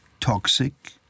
toxic